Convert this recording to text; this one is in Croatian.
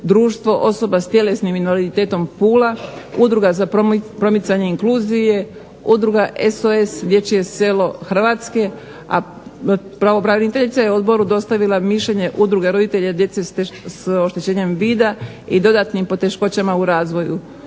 društvo osoba s tjelesnim invaliditetom Pula, udruga za promicanje inkluzije, udruga SOS dječje selo Hrvatske, a pravobraniteljica je odboru dostavila mišljenje udruge roditelja djece s oštećenjem vida, i dodatnim poteškoćama u razvoju,